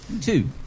Two